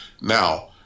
now